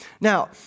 Now